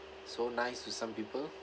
so nice to some people